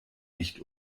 nicht